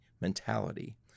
mentality